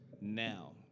now